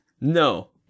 No